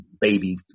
baby